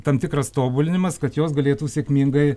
tam tikras tobulinimas kad jos galėtų sėkmingai